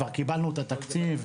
כבר קיבלנו את התקציב,